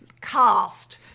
cast